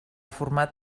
format